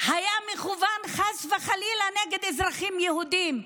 היה מכוון, חס וחלילה, נגד אזרחים יהודים,